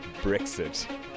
Brexit